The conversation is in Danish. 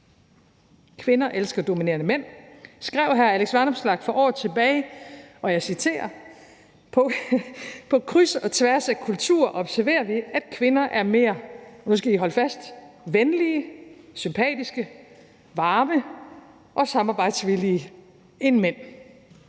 »Kvinder elsker dominerende mænd« skrev hr. Alex Vanopslagh for år tilbage, og jeg citerer: »På kryds og tværs af kulturer observerer vi, at kvinder er mere« – og nu skal I holde fast – »venlige, sympatiske, varme og samarbejdsvillige end mænd.«